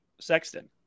Sexton